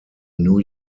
new